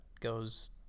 goes